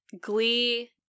glee